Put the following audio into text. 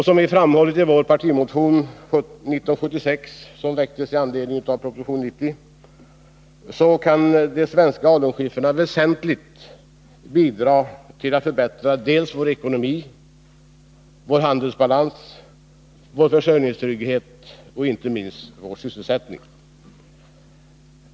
Som vi framhållit i vår partimotion 1976, som väckts i anledning av proposition 1980/81:90, kan de svenska alunskiffrarna väsentligt bidra till att förbättra vår ekonomi, handelsbalans, försörjningstrygghet och inte minst vår sysselsättning.